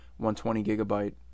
120-gigabyte